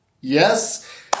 Yes